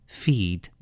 feed